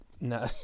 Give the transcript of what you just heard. no